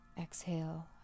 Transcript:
exhale